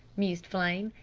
mused flame,